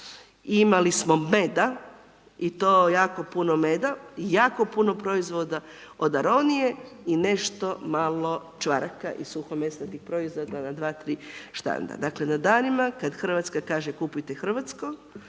imali smo meda i to jako puno meda i jako puno proizvoda od aronije i nešto malo čvaraka i suhomesnatih proizvoda na dva, tri štanda. Dakle na danima kad Hrvatska kaže Kupujte hrvatsko,